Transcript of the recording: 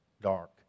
dark